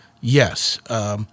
yes